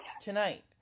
Tonight